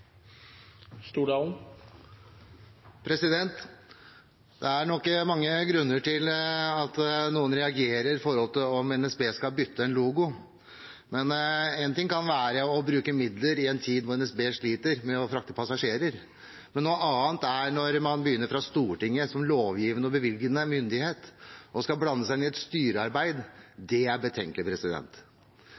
nok mange grunner til at noen reagerer på at NSB skal bytte logo. Men én ting kan være å bruke midler i en tid da NSB sliter med å frakte passasjerer. Noe annet er det når man fra Stortinget, som lovgivende og bevilgende myndighet, begynner å blande seg inn i et styrearbeid. Det er betenkelig.